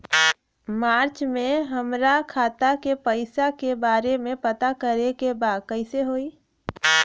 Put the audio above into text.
मार्च में हमरा खाता के पैसा के बारे में पता करे के बा कइसे होई?